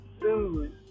food